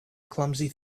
clumsy